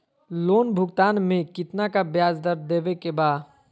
Loan भुगतान में कितना का ब्याज दर देवें के बा?